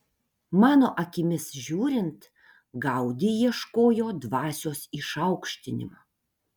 mano akimis žiūrint gaudi ieškojo dvasios išaukštinimo